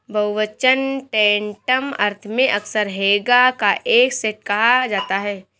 बहुवचन टैंटम अर्थ में अक्सर हैगा का एक सेट कहा जाता है